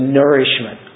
nourishment